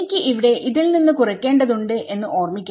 എനിക്ക് ഇവിടെ ൽ നിന്ന് കുറക്കേണ്ടതുണ്ട് എന്ന് ഓർമിക്കണം